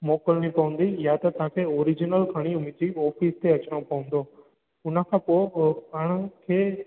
मोकिलिनी पवंदी या त तव्हांखे ओरिजिनल खणी मुंहिंजी ऑफिस ते अचणो पवंदो उनखां पोइ पाण खे